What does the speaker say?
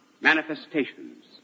manifestations